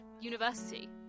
university